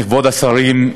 כבוד השרים,